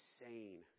insane